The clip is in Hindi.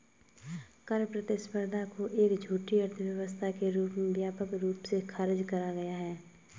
कर प्रतिस्पर्धा को एक झूठी अर्थव्यवस्था के रूप में व्यापक रूप से खारिज करा गया है